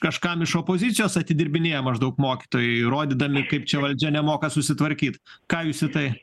kažkam iš opozicijos atidirbinėja maždaug mokytojai rodydami kaip čia valdžia nemoka susitvarkyt ką jūs į tai